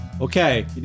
Okay